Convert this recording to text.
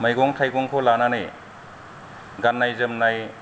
मैगं थायगंखौ लानानै गाननाय जोमनाय